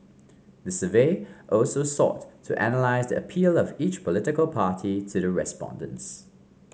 the survey also sought to analyse the appeal of each political party to the respondents